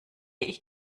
ich